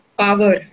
power